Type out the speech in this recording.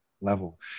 level